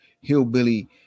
hillbilly